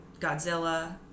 Godzilla